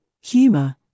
humor